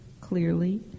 clearly